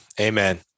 Amen